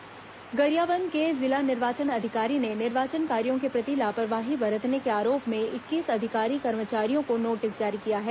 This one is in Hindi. निर्वाचन कार्य नोटिस गरियाबंद के जिला निर्वाचन अधिकारी ने निर्वाचन कार्यों के प्रति लापरवाही बरतने के आरोप में इक्कीस अधिकारी कर्मचारियों को नोटिस जारी किया है